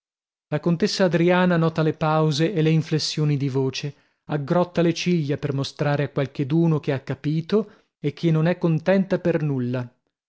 la contessa adriana nota le pause e le inflessioni di voce aggrotta le ciglia per mostrare a qualcheduno che ha capito e che non è contenta per nulla